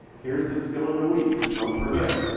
here's the skill of the week. don't forget.